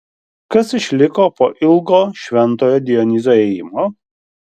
kas išliko po ilgo šventojo dionizo ėjimo